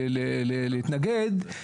להתנגד,